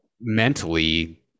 mentally